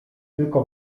tylko